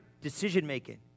decision-making